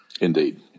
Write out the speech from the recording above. Indeed